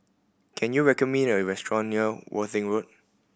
can you recommend me a restaurant near Worthing Road